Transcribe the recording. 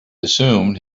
assumed